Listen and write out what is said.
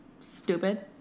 Stupid